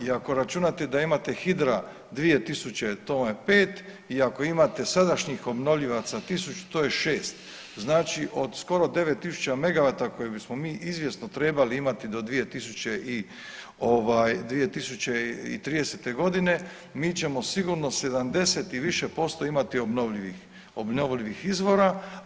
I ako računate da imate hidra 2000 to vam je 5 i ako imate sadašnjih obnovljivaca 1000 to je 6. Znači od skoro 9000 megavata koje bismo mi izvjesno trebali imati do 2030. godine mi ćemo sigurno 70 i više posto imati obnovljivih, obnovljivih izvora.